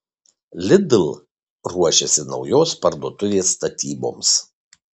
lidl ruošiasi naujos parduotuvės statyboms